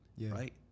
right